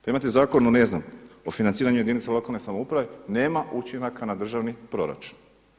Pa imate zakon, ne znam, o financiranju jedinica lokalne samouprave nema učinaka na državni proračun.